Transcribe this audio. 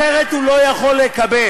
אחרת הוא לא יכול לקבל.